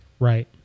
Right